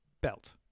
Belt